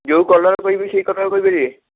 ଯେଉଁ କଲର୍ କହିବି ସେହି କଲର୍ କରି ପାରିବେ